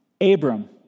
Abram